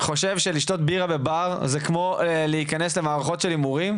חושב שלשתות בירה בבר זה כמו להיכנס למערכות של הימורים?